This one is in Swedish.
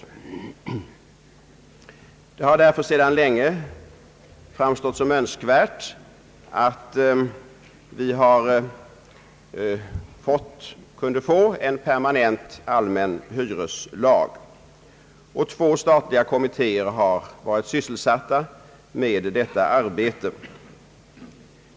Det har därför sedan länge framstått som önskvärt att få en permanent allmän hyreslag, och två statliga kommittéer har varit sysselsatta med detta arbete.